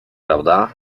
prawda